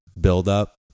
buildup